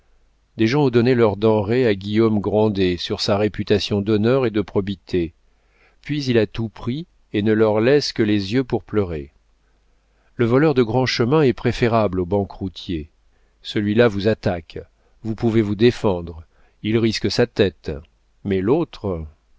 des gens ont donné leurs denrées à guillaume grandet sur sa réputation d'honneur et de probité puis il a tout pris et ne leur laisse que les yeux pour pleurer le voleur de grand chemin est préférable au banqueroutier celui-là vous attaque vous pouvez vous défendre il risque sa tête mais l'autre